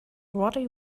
roddy